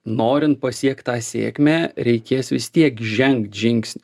norint pasiekt tą sėkmę reikės vis tiek žengt žingsnį